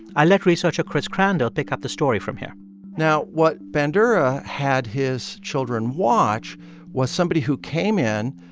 i'll let researcher chris crandall pick up the story from here now, what bandura had his children watch was somebody who came in,